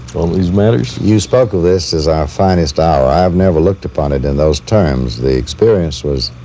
these matters? you spoke of this as our finest hour. i've never looked upon it in those terms. the experience was